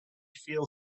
feel